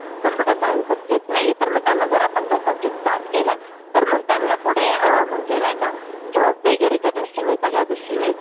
computer science subject नाही आहे तर मग त्यांना जर आपण तो सब्जेक्ट स्टार्ट केला तर मग त्यांना पुढे म्हणजे नाही का जॉब वगैरेच्या दृष्टीने सगळ्या दृष्टीने